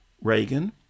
Reagan